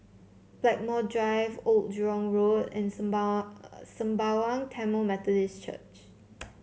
Blackmore Drive Old Jurong Road and Sembawang Tamil Methodist Church